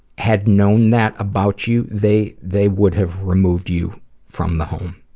had known that about you, they they would have removed you from the home.